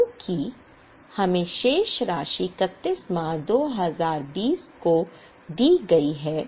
क्योंकि हमें शेष राशि 31 मार्च 2020 को दी गई है